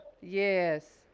Yes